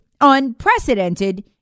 Unprecedented